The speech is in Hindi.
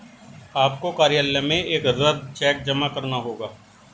आपको कार्यालय में एक रद्द चेक जमा करना होगा